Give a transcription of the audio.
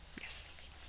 Yes